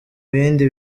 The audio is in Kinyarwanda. bindi